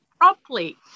properly